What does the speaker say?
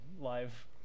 live